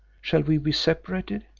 shall we be separated?